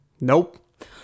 nope